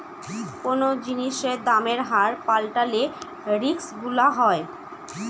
কোনো জিনিসের দামের হার পাল্টালে রিস্ক গুলো হয়